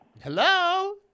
Hello